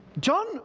John